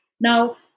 Now